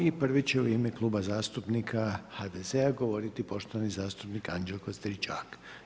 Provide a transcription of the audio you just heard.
I prvi će u ime Kluba zastupnika HDZ-a govoriti poštovani zastupnik Anđelko Stričak.